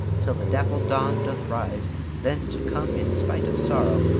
till the dappled dawn doth rise then to come in spite of sorrow,